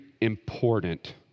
important